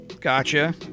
Gotcha